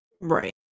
right